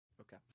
Okay